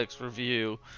review